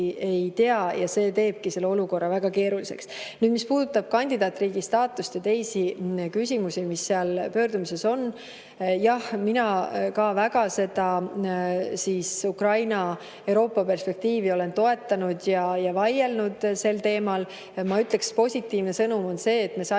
ei tea ja see teebki selle olukorra väga keeruliseks. Nüüd, mis puudutab kandidaatriigi staatust ja teisi küsimusi, mis seal pöördumises on. Jah, mina olen seda Ukraina Euroopa‑perspektiivi ka väga toetanud ja vaielnud sel teemal. Ma ütleksin, et positiivne sõnum on see, et me saime